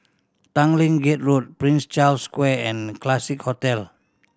Tanglin Gate Road Prince Charles Square and Classique Hotel